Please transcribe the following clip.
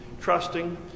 trusting